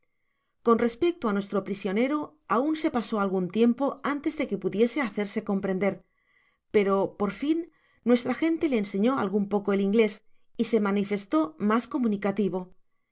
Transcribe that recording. con respecto á nuestro prisionero aun se pasó algun tiempo antes de que pudiese hacerse comprender pero por fia nuestra gente le enseñó algun poco el inglés y se manifestó mas comunicativo